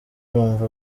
wumva